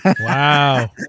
Wow